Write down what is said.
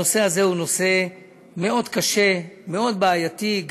הנושא הזה הוא נושא מאוד קשה, מאוד בעייתי.